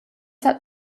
hat